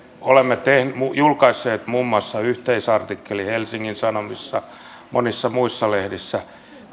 olemme julkaisseet muun muassa yhteisartikkelin helsingin sanomissa monissa muissa lehdissä